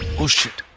oh shit!